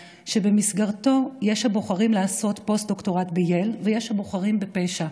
שבמסגרתו יש הבוחרים לעשות פוסט-דוקטורט בייל ויש הבוחרים בפשע,